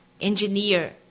engineer